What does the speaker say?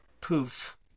poof